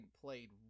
played